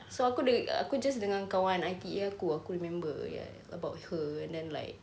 so aku denga~ aku just dengan kawan I_T_E aku aku remember ya about her and then like